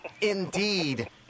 Indeed